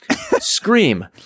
Scream